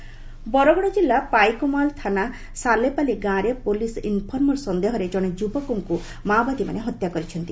ମାଓବାଦୀଙ୍କ ହତ୍ୟା ବରଗଡ଼ ଜିଲ୍ଲା ପାଇକମାଲ ଥାନା ସାଲେପାଲି ଗାଁରେ ପୋଲିସ ଇନଫର୍ମର ସନ୍ଦେହରେ ଜଣେ ଯୁବକଙ୍କୁ ମାଓବାଦୀମାନେ ହତ୍ୟା କରିଛନ୍ତି